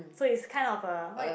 so it's kind of a what